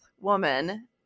woman